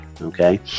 Okay